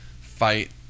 fight